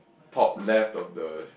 top left of the